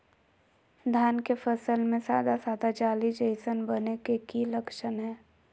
धान के फसल में सादा सादा जाली जईसन बने के कि लक्षण हय?